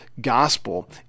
gospel